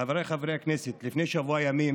חבריי חברי הכנסת, לפני שבוע ימים